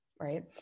Right